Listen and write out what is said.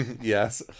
Yes